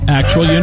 actual